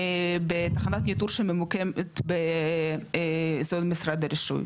בתחנת ניטור שממוקמת באזור משרד הרישוי.